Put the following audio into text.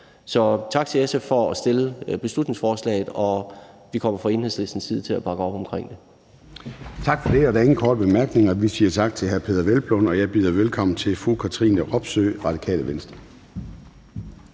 Så tak til SF for at fremsætte beslutningsforslaget, og vi kommer fra Enhedslistens side til at bakke op omkring det. Kl. 21:08 Formanden (Søren Gade): Tak for det, og der er ingen korte bemærkninger. Vi siger tak til hr. Peder Hvelplund, og jeg byder velkommen til fru Katrine Robsøe, Radikale Venstre.